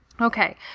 Okay